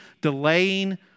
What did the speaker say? delaying